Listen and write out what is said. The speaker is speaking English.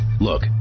Look